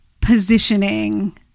positioning